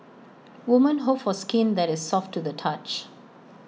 women hope for skin that is soft to the touch